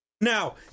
Now